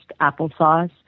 applesauce